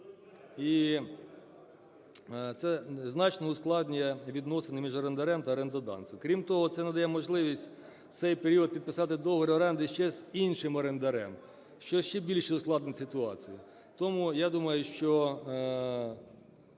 і це значно ускладнює відносини між орендарем та орендодавцем. Крім того, це надає можливість в цей період підписати договір оренди ще з іншим орендарем, що ще більше ускладнить ситуацію. Тому, я думаю, що